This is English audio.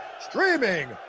streaming